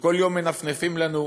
שכל יום מנפנפים לנו: